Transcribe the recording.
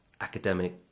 academic